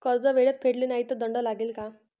कर्ज वेळेत फेडले नाही तर दंड लागेल का?